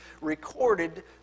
recorded